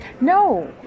No